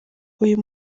uyu